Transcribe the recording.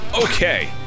Okay